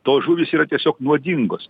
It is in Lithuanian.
tos žuvys yra tiesiog nuodingos